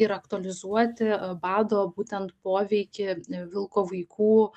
ir aktualizuoti bado būtent poveikį vilko vaikų